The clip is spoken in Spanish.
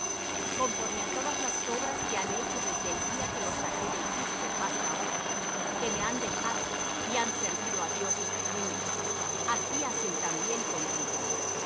conforme á todas las obras que han hecho desde el día que los saqué de egipto hasta hoy que me han dejado y han servido á dioses ajenos así hacen también contigo